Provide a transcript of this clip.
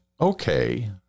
okay